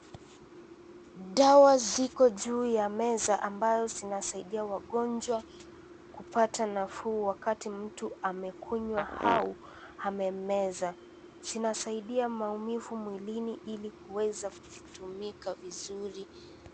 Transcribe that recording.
Dawa ziko juu ya meza ambayo zinasaidia wagonjwa kupata nafuu wakati mtu amekunywa au amemeza. Zinasaidia maumivu mwilini ili kuweza kutumika vizuri.